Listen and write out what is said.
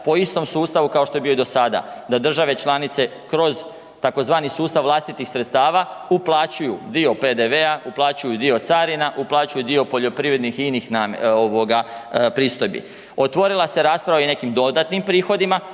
po istom sustavu kao što je bio i do sada da države članice kroz tzv. sustav vlastitih sredstava uplaćuju dio PDV-a, uplaćuju dio carina, uplaćuju dio poljoprivrednih i inih ovoga pristojbi. Otvorila se rasprava i o nekim dodatnim prihodima,